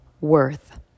worth